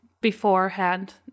beforehand